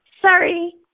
Sorry